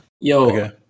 yo